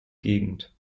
gegend